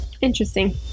Interesting